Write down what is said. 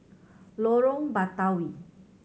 Lorong Batawi